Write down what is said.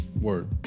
Word